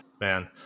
man